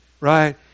Right